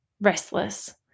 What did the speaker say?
restless